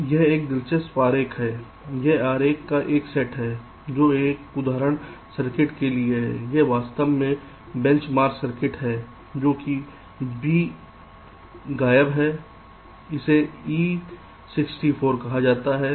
अब यह एक दिलचस्प आरेख है यह आरेख का एक सेट है जो एक उदाहरण सर्किट के लिए है यह वास्तव में बेंच मार्क सर्किट है जो कि b गायब है इसे e64 कहा जाता है